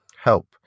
help